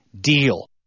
deal